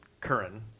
Curran